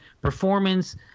performance